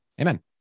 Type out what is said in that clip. Amen